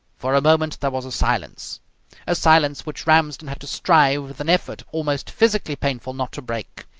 for a moment there was a silence a silence which ramsden had to strive with an effort almost physically painful not to break.